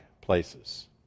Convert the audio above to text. places